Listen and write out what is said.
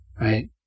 Right